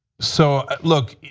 so, look,